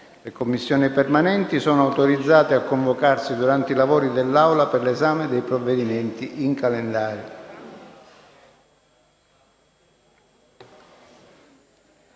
Le Commissioni permanenti sono autorizzate a convocarsi durante i lavori dell'Aula per l'esame dei provvedimenti in calendario.